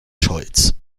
scholz